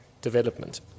Development